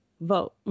vote